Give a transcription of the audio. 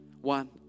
One